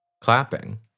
clapping